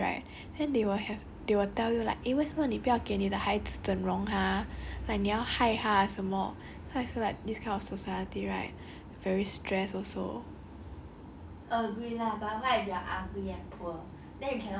like I feel like I will also be very pretty then like if your child is ugly right then they will have they will tell you like eh 为什么你不要给你的孩子整容 !huh! like 你要害他还是什么 then I feel like this kind of society right very stress also